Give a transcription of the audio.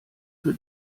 für